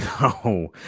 No